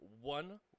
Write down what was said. one